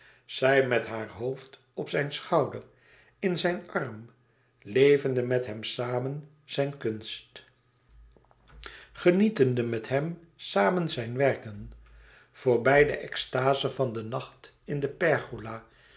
zij met haar hoofd op zijn schouder in zijn arm levende met hem samen zijn kunst genietende met hem samen zijn werken voorbij de extaze van den nacht in de pergola